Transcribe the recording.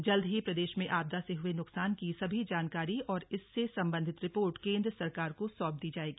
जल्द ही प्रदेश में आपदा से हुए नुकसान की सभी जानकारी और इससे संबंधित रिर्पोट केंद्र सरकार को सौंप दी जाएगी